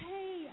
Hey